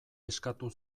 eskatu